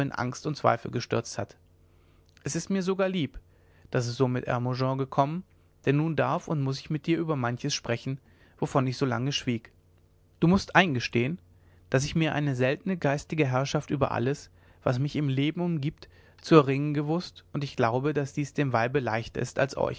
angst und zweifel gestürzt hat es ist mir sogar lieb daß es so mit hermogen gekommen denn nun darf und muß ich mit dir über manches sprechen wovon ich so lange schwieg du mußt eingestehen daß ich mir eine seltene geistige herrschaft über alles was mich im leben umgibt zu erringen gewußt und ich glaube daß dies dem weibe leichter ist als